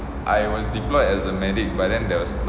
I was deployed as a medic but then there was